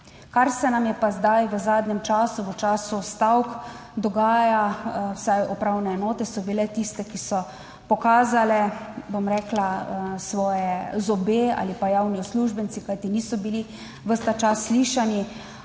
kar se nam je pa zdaj v zadnjem času v času stavk dogaja, vsaj upravne enote so bile tiste, ki so pokazale, bom rekla, svoje zobe ali pa javni uslužbenci, kajti niso bili ves ta čas slišani,